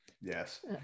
yes